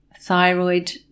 thyroid